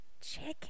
Chicken